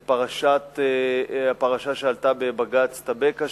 התייחס לפרשה שעלתה בבג"ץ "טבקה",